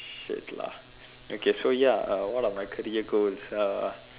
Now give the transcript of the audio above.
shit lah okay so ya uh what are my career goals uh